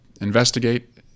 investigate